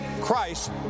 Christ